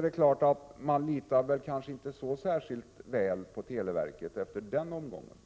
Det är klart att man inte litar särskilt mycket på televerket efter den här omgången.